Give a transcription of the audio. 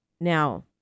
now